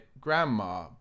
grandma